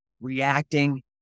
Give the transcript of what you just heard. reacting